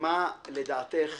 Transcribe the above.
מה לדעתך